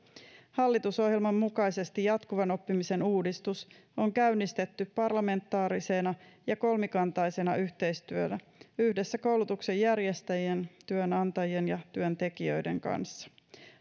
hallitusohjelman mukaisesti jatkuvan oppimisen uudistus on käynnistetty parlamentaarisena ja kolmikantaisena yhteistyönä yhdessä koulutuksen järjestäjien työnantajien ja työntekijöiden kanssa